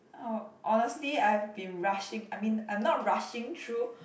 oh honestly I've been rushing I mean I'm not rushing through